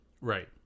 Right